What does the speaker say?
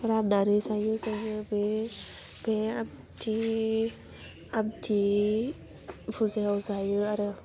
रान्नानै जायो जोङो बे बे आमथि आमथि फुजायाव जायो आरो